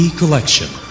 collection